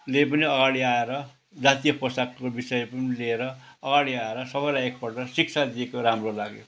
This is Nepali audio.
ले पनि अगाडि आएर जातीय पोसाकको विषय पनि लिएर अगाडि आएर सबैलाई एकपल्ट शिक्षा दिएको राम्रो लाग्यो